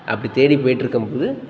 அப்படி தேடிப் போய்கிட்ருக்கும் போது